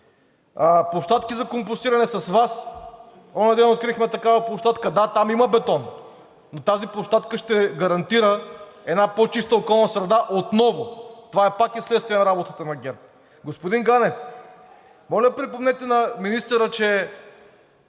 Площадки за компостиране – с Вас онзиден открихме такава площадка, да, там има бетон, но тази площадка ще гарантира една по-чиста околна среда и отново това пак е вследствие работата на ГЕРБ. Господин Ганев, моля, припомнете на министъра, че